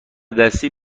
دستی